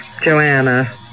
Joanna